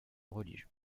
religion